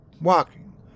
walking